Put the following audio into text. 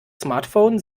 smartphone